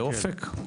באופק?